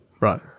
Right